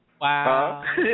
Wow